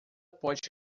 pode